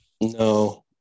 no